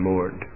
Lord